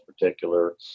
particular